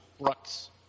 Brooks